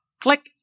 Click